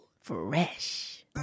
Fresh